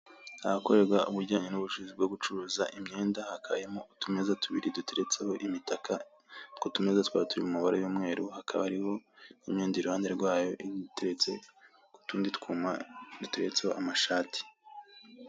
Ahakorerwa ibijyanye n'ubucuruzi bwo gucuruza imyenda hakaba hari utumeza tubiri duteretseho imitaka, utwo tumeza tukaba turi mu mabara y'umweru; hakaba n'indi iruhande rwayo hakaba hari utundi twuma duteretseho amashati.